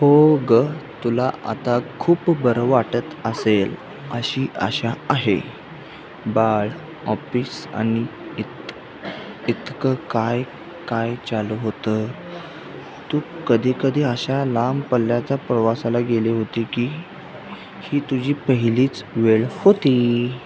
हो गं तुला आता खूप बरं वाटत असेल अशी आशा आहे बाळ ऑफिस आणि इत इतकं काय काय चालू होतं तू कधी कधी अशा लांब पल्ल्याचा प्रवासाला गेले होते की ही तुझी पहिलीच वेळ होती